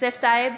יוסף טייב,